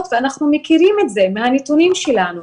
ואנחנו מכירים את זה מהנתונים שלנו,